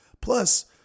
Plus